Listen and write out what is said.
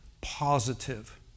positive